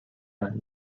ann